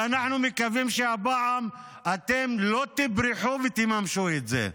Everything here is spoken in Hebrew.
ואנחנו מקווים שהפעם אתם לא תברחו ותממשו את זה.